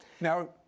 Now